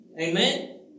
Amen